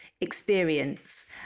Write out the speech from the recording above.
experience